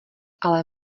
ale